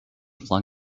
flung